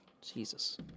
Jesus